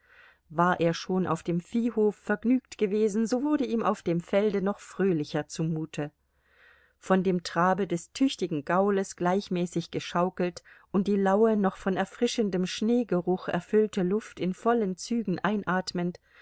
war er schon auf dem viehhof vergnügt gewesen so wurde ihm auf dem felde noch fröhlicher zumute von dem trabe des tüchtigen gaules gleichmäßig geschaukelt und die laue noch von erfrischendem schneegeruch erfüllte luft in vollen zügen einatmend